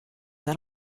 that